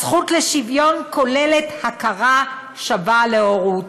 הזכות לשוויון כוללת הכרה שווה להורות.